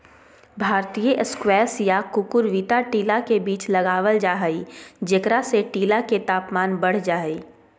भारतीय स्क्वैश या कुकुरविता टीला के बीच लगावल जा हई, जेकरा से टीला के तापमान बढ़ जा हई